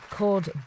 Called